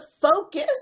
focus